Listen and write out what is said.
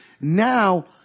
Now